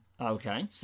Okay